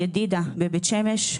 "ידידה" בבית שמש,